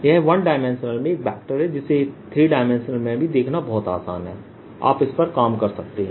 यह 1 D में एक वेक्टर है जिसे 3 D में भी देखना बहुत आसान है और आप इस पर काम कर सकते हैं